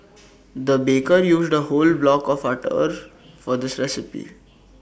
the baker used A whole block of butter for this recipe